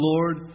Lord